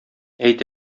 әйт